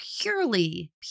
purely